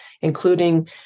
including